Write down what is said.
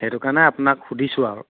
সেইটো কাৰণে আপোনাক সুধিছোঁ আৰু